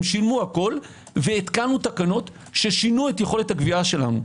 הם שילמו הכול והתקנו תקנות ששינו את יכולת הגבייה שלנו.